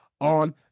on